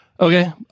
Okay